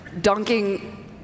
dunking